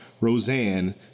Roseanne